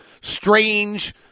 strange